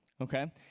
okay